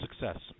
success